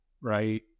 right